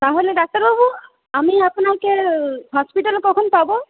তাহলে ডাক্তারবাবু আমি আপনাকে হসপিটালে কখন পাব